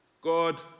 God